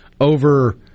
over